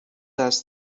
است